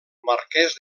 marquès